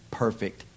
perfect